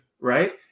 Right